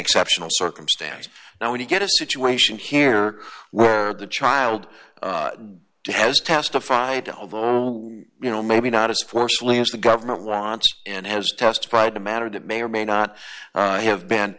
exceptional circumstance now when you get a situation here where the child has testified although you know maybe not as forcefully as the government wants and has testified to matter that may or may not have been